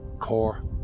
core